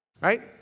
Right